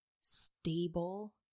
stable